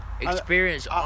experience